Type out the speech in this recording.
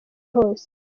hose